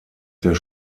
der